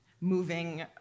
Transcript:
moving